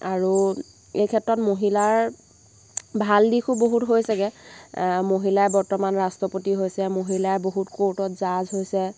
আৰু এই ক্ষেত্ৰত মহিলাৰ ভাল দিশো বহুত হৈছেগৈ মহিলাই বৰ্তমান ৰাষ্ট্ৰপতি হৈছে মহিলা বহুত কোৰ্টত জাৰ্জ হৈছে